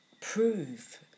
prove